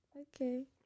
okay